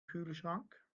kühlschrank